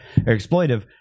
exploitive